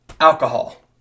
alcohol